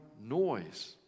noise